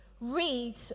read